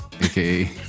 AKA